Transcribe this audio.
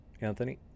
Anthony